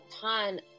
ton